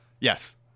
Yes